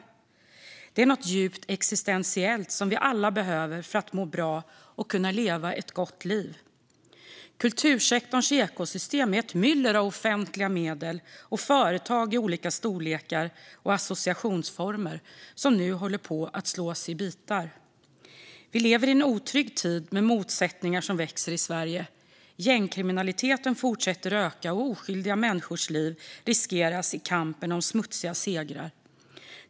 Detta är något djupt existentiellt som vi alla behöver för att må bra och kunna leva ett gott liv. Kultursektorns ekosystem är ett myller av offentliga medel och företag i olika storlekar och associationsformer, som nu håller på att slås i bitar. Vi lever i en otrygg tid, med motsättningar som växer i Sverige. Gängkriminaliteten fortsätter att öka, och oskyldiga människors liv riskeras i kampen om smutsiga segrar.